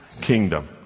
kingdom